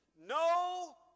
no